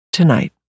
Tonight